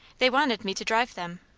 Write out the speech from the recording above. they wanted me to drive them,